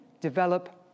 develop